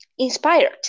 inspired